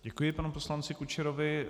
Děkuji panu poslanci Kučerovi.